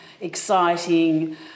exciting